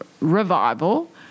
revival